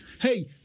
Hey